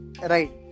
right